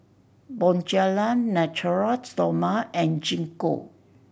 Bonjela Natura Stoma and Gingko